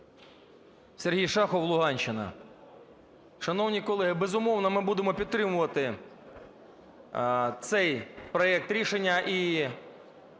Сергій Шахов, Луганщина. Шановні колеги, безумовно, ми будемо підтримувати цей проект рішення, і